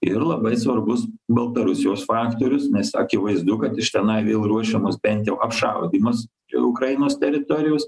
ir labai svarbus baltarusijos faktorius nes akivaizdu kad iš tenai vėl ruošiamas bent jau apšaudymas ir ukrainos teritorijos